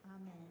Amen